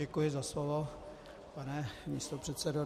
Děkuji za slovo, pane místopředsedo.